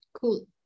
cool